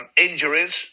Injuries